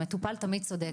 "המטופל תמיד צודק".